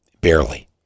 Barely